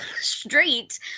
street